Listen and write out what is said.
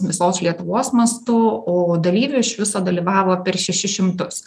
visos lietuvos mastu o dalyvių iš viso dalyvavo per šešis šimtus